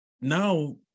Now